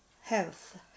health